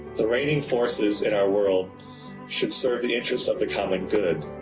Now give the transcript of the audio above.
the reigning forces in our world should serve the interests of the common good,